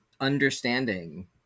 understanding